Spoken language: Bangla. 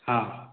হ্যাঁ